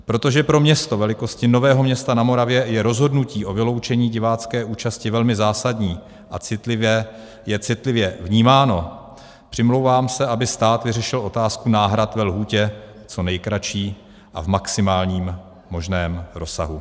Protože pro město velikosti Nového Města na Moravě je rozhodnutí o vyloučení divácké účasti velmi zásadní a je citlivě vnímáno, přimlouvám se, aby stát vyřešil otázku náhrad ve lhůtě co nejkratší a v maximálním možném rozsahu.